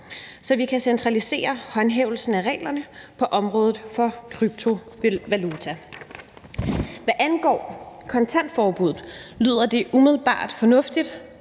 så vi kan centralisere håndhævelsen af reglerne på området for kryptovaluta. Hvad angår kontantforbuddet lyder det umiddelbart fornuftigt